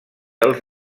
els